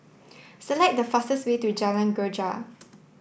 select the fastest way to Jalan Greja